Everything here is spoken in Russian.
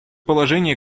положения